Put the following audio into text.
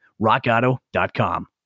rockauto.com